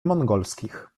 mongolskich